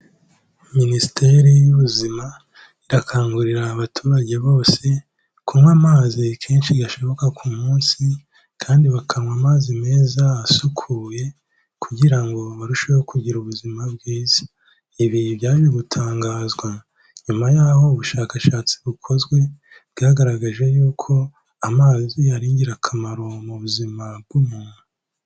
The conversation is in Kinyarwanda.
Minisiteri y'ubuzima irakangurira abaturage bose kunywa amazi kenshi gashoboka ku munsi kandi bakanywa amazi meza asukuye kugira ngo barusheho kugira ubuzima bwiza. Ibi byaje gutangazwa nyuma y'aho ubushakashatsi bukozwe bwagaragaje yuko amazi ari ingirakamaro mu buzima bw'umuntu.